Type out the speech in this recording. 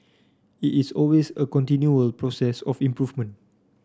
it is always a continual process of improvement